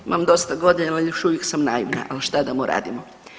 Imam dosta godina, ali još uvijek sam naivna, ali šta da mu radimo.